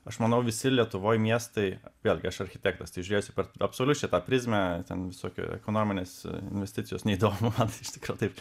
aš manau visi lietuvoj miestai vėlgi aš architektas tai žiūrėsiu per absoliučiai tą prizmę ten visokių ekonominės investicijos neįdomu man tai iš tikro taip